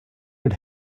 had